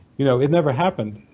you know, it never happened.